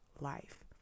life